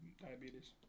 diabetes